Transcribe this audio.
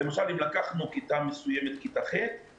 האם אתם מתכוונים להסביר בצורה הכי חדה מה מבחינת התשלומים,